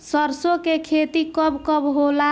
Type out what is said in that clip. सरसों के खेती कब कब होला?